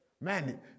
Man